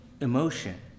emotion